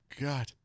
God